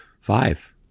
five